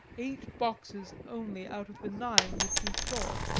eight boxes only out of the nine, which we sought!